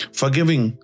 forgiving